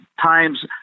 times